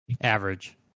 Average